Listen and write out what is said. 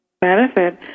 benefit